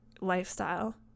lifestyle